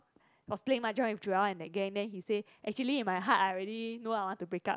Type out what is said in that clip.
was playing mahjong with Joel and the gang then he say actually in my heart I already know I want to break up